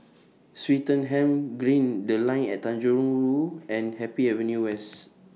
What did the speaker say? Swettenham Green The Line At Tanjong Rhu Who and Happy Avenue West